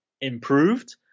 improved